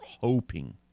hoping